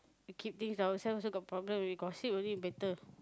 we keep things ourself also got problem we gossip only better